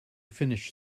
finish